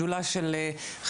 זו בעצם שאלה יותר לדינה,